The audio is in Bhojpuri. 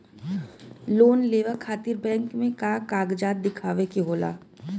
लोन लेवे खातिर बैंक मे का कागजात दिखावे के होला?